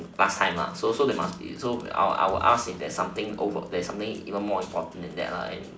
last time ah so so there must be so I I will I will ask if there is something more important over that ah